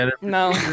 no